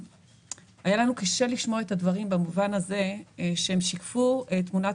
היה לנו קשה לשמוע את הדברים במובן הזה שהם שיקפו תמונת